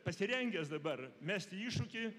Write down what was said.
pasirengęs dabar mesti iššūkį